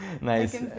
nice